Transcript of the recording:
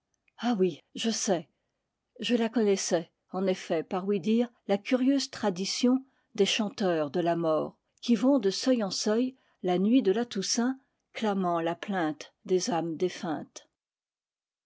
ah oui je sais je la connaissais en effet par ouï-dire la curieuse tradition des chanteurs de la mort qui vont de seuil en seuil la nuit de la toussaint clamant la plainte des âmes